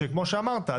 שכמו שאמרת,